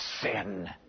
sin